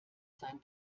sein